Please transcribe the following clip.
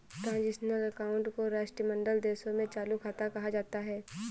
transitional account को राष्ट्रमंडल देशों में चालू खाता कहा जाता है